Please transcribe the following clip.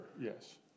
yes